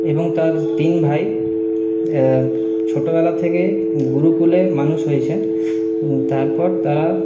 এবং তার তিন ভাই ছোটোবেলা থেকে গুরুকুলে মানুষ হয়েছেন তারপর তাঁরা